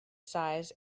size